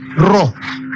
Raw